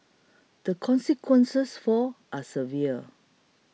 the consequences for are severe